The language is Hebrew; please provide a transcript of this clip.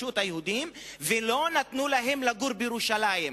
גירשו את היהודים ולא נתנו להם לגור בירושלים.